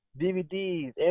DVDs